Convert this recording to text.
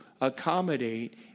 accommodate